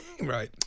Right